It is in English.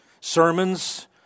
sermons